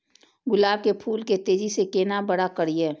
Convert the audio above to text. गुलाब के फूल के तेजी से केना बड़ा करिए?